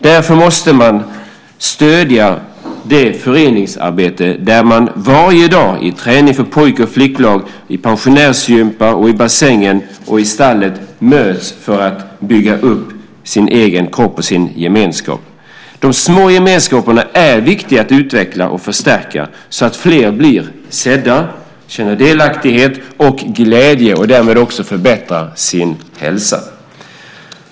Därför måste det föreningsarbete stödjas där man varje dag i träningen för pojk eller flicklaget, i pensionärsgympan, i bassängen och i stallet möts för att bygga upp sin egen kropp och en gemenskap. De små gemenskaperna är viktiga att utveckla och förstärka, så att fler blir sedda, känner delaktighet och glädje och därmed också förbättrar sin hälsa.